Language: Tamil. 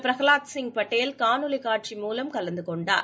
பிரஹலாத் சிங் பட்டேல் காணொளி காட்சி மூலம் கலந்து கொண்டார்